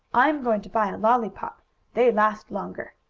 i'm going to buy a lollypop they last longer,